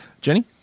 Jenny